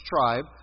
tribe